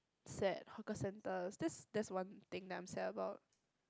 sad hawker centres that's that's one thing I'm sad about